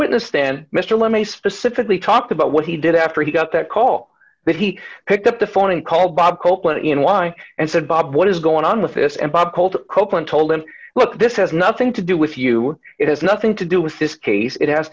witness stand mister let me specifically talk about what he did after he got that call that he picked up the phone and called bob copeland in line and said bob what is going on with this and bob told koeppen told him look this has nothing to do with you it has nothing to do with this case it has